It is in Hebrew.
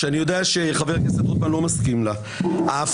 ואני יודע שחבר הכנסת רוטמן לא מסכים איתה נדרשת